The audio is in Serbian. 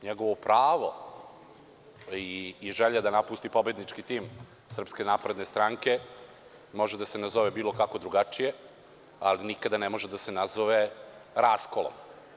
Njegovo pravo i želja da napusti pobednički tim SNS može da se nazove bilo kako drugačije, ali nikada ne može da se nazove raskolom.